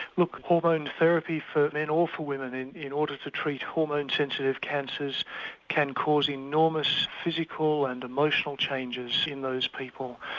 look hormone therapy for men or for women in in order to treat hormone sensitive cancers can cause enormous physical and emotional changes in those people.